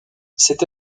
cette